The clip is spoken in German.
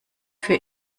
für